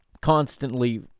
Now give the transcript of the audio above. constantly